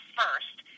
first